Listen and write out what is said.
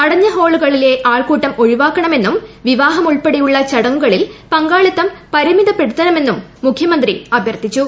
അടഞ്ഞ ഹാളുകളിലെ ആൾക്കൂട്ടം ഒഴിവാക്കണമെന്നും വിവാഹം ഉൾപ്പെടെയുള്ള ചടങ്ങുകളിൽ പങ്കാളിത്തം പരിമിതപ്പെടുത്തണമെന്നും മുഖ്യമന്ത്രി അഭൃർത്ഥിച്ചു